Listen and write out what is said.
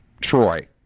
Troy